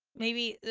maybe,